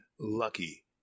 Lucky